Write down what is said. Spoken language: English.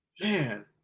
man